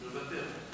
מוותר.